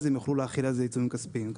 הם יוכלו להחיל על זה עיצומים כספיים.